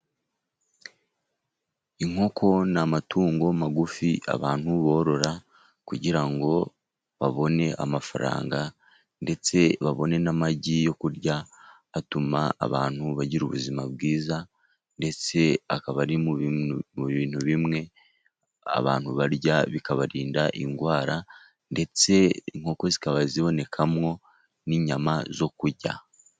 Inkoko ni amatungo magufi abantu borora kugira ngo babone amafaranga ndetse babone n'amagi yo kurya atuma abantu bagira ubuzima bwiza ndetse akaba ari mu bintu bimwe abantu barya bikabarinda indwara ndetse inkoko zikaba zibonekamo n'inyama zo kurya.